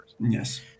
Yes